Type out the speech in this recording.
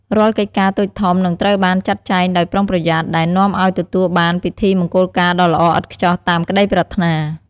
រាល់កិច្ចការតូចធំនឹងត្រូវបានចាត់ចែងដោយប្រុងប្រយ័ត្ន ដែលនាំឲ្យទទួលបានពិធីមង្គលការដ៏ល្អឥតខ្ចោះតាមក្តីប្រាថ្នា។